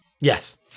Yes